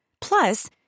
Plus